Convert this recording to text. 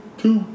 two